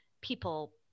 people